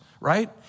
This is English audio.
right